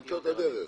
צריך למצוא את הדרך.